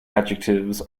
adjectives